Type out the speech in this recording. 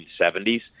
1970s